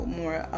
more